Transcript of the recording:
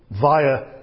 via